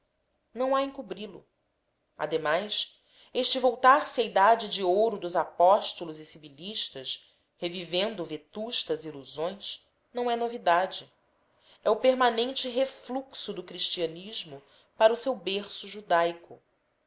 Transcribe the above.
não há encobri lo ademais este voltar-se à idade de ouro dos apóstolos e sibilistas revivendo vetustas ilusões não é uma novidade é o permanente refluxo do cristianismo para o seu berço judaico